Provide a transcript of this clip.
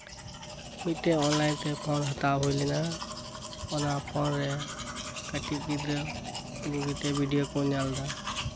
ᱢᱤᱫᱴᱮᱱ ᱚᱱᱞᱟᱭᱤᱱ ᱛᱮ ᱯᱷᱳᱱ ᱦᱟᱛᱟᱣ ᱦᱩᱭ ᱞᱮᱱᱟ ᱚᱱᱟ ᱯᱷᱳᱱᱨᱮ ᱠᱟᱹᱴᱤᱡ ᱜᱤᱫᱽᱨᱟᱹ ᱵᱩᱜᱤ ᱛᱮ ᱵᱷᱤᱰᱭᱳ ᱠᱚ ᱧᱮᱞ ᱮᱫᱟ